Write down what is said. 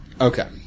Okay